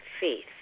faith